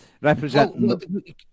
representing